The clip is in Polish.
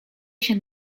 się